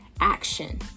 action